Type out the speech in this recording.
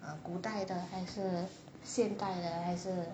uh 古代的还是现代的还是